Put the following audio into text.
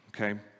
Okay